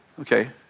Okay